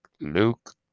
Luke